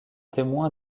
témoin